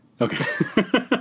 Okay